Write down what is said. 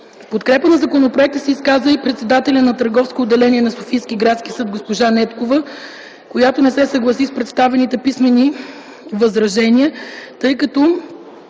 подкрепа на законопроекта се изказа и председателят на търговското отделение на Софийски градски съд – госпожа Недкова, която не се съгласи с представените писмени възражения от